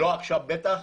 לא עכשיו בטח,